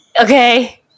Okay